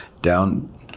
down